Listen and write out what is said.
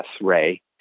Ray